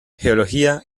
geología